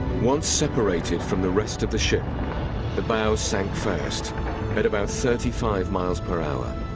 once separated from the rest of the ship the bow sank first at about thirty five miles per hour.